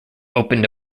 opened